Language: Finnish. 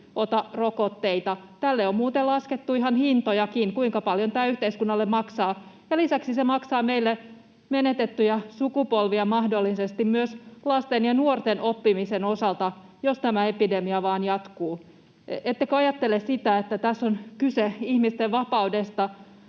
ota rokotteita? Tälle on muuten laskettu ihan hintojakin, kuinka paljon tämä yhteiskunnalle maksaa, ja lisäksi se maksaa meille mahdollisesti menetettyjä sukupolvia myös lasten ja nuorten oppimisen osalta, jos tämä epidemia vain jatkuu. Ettekö ajattele sitä, että tässä on kyse ihmisten vapaudesta,